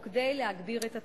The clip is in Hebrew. או כדי להגביר את התחרות.